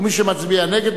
ומי שמצביע נגד,